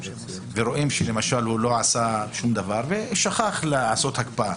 ורואים למשל שהוא לא עשה שום דבר ושכח לעשות הקפאה,